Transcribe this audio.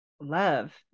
love